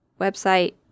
Website